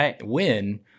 win